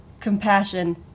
compassion